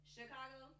Chicago